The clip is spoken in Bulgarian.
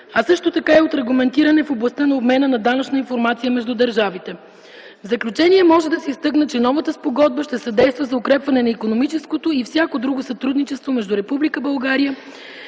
а също така и от регламентиране в областта на обмена на данъчна информация между държавите. В заключение може да се изтъкне, че новата спогодба ще съдейства за укрепване на икономическото и всяко друго сътрудничество между